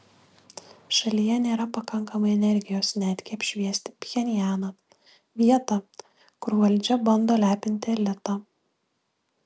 šalyje nėra pakankamai energijos netgi apšviesti pchenjaną vietą kur valdžia bando lepinti elitą